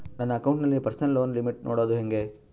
ನನ್ನ ಅಕೌಂಟಿನಲ್ಲಿ personal loan limit ನೋಡದು ಹೆಂಗೆ?